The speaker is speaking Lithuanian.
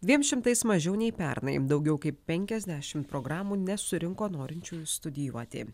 dviem šimtais mažiau nei pernai daugiau kaip penkiasdešimt programų nesurinko norinčiųjų studijuoti